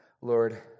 Lord